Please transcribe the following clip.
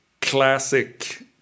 classic